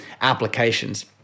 applications